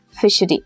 fishery